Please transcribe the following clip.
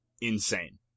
insane